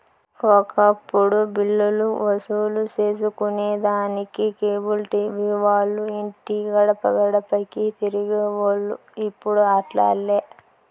ఒకప్పుడు బిల్లులు వసూలు సేసుకొనేదానికి కేబుల్ టీవీ వాల్లు ఇంటి గడపగడపకీ తిరిగేవోల్లు, ఇప్పుడు అట్లాలే